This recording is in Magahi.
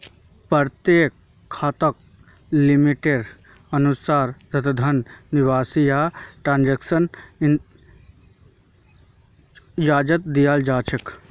प्रत्येक खाताक लिमिटेर अनुसा र धन निकासी या ट्रान्स्फरेर इजाजत दीयाल जा छेक